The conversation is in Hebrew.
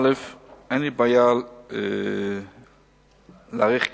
אין לי בעיה להאריך קורסים.